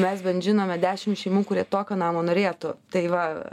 mes bent žinome dešimt šeimų kurie tokio namo norėtų tai va